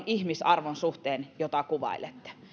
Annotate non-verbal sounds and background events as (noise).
(unintelligible) ihmisarvon suhteen huonosti tavalla jota kuvailette